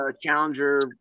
challenger